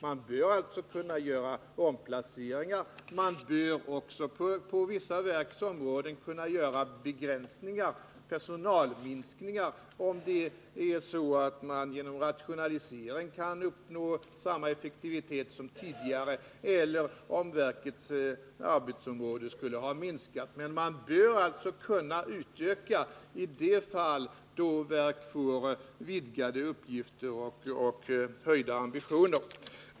Man bör kunna göra omplaceringar, och man bör inom vissa verk också kunna göra begränsningar och personalminskningar, om man genom en rationalisering kan uppnå samma effektivitet som tidigare eller om verkets arbetsområde skulle ha minskat. Men man bör alltså kunna utöka administrationen i de fall då ett verk får vidgade uppgifter och höjda ambitioner.